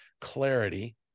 clarity